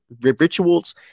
rituals